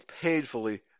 painfully